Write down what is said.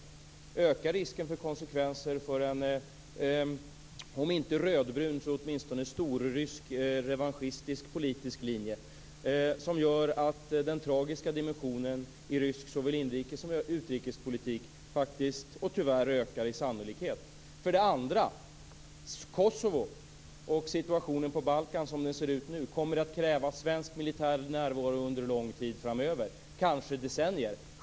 Det ökar risken för en om inte rödbrun så åtminstone storrysk revanschistisk politisk linje som gör att den tragiska dimensionen i rysk såväl inrikes som utrikespolitik faktiskt och tyvärr ökar i sannolikhet. För det andra: Kosovo och situationen på Balkan så som den nu ser ut kommer att kräva svensk militär närvaro under en lång tid framöver, kanske decennier.